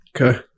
Okay